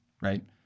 Right